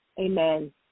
Amen